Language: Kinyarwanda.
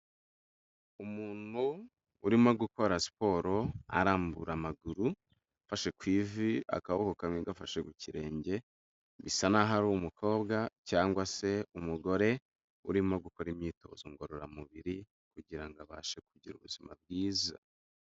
Umuntu urimo gukora siporo arambura amaguru afashe ku ivi, akaboko kamwe gafashe ku kirenge bisa n'aho ari umukobwa cyangwa se umugore urimo gukora imyitozo ngororamubiri kugira abashe kugira ubuzima bwiza.